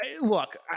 Look